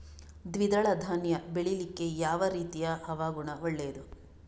ದ್ವಿದಳ ಧಾನ್ಯ ಬೆಳೀಲಿಕ್ಕೆ ಯಾವ ರೀತಿಯ ಹವಾಗುಣ ಒಳ್ಳೆದು?